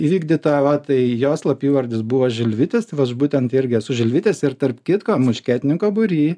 įvykdyta va tai jo slapyvardis buvo žilvitis būtent irgi esu žilvitis ir tarp kitko muškietininko būry